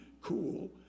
cool